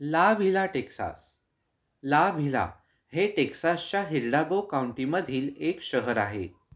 ला Villa Texas La Villa हे टेक्सासच्या हिरडागो काउंटीमधील एक शहर आहे